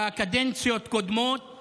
בקדנציות קודמות